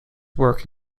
work